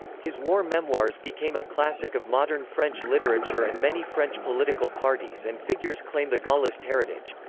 his war memoirs became a classic of modern french literature and many french political parties and figures claim the gaullist heritage.